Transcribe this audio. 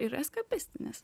ir eskapistinis